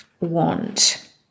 want